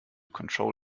control